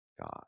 God